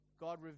God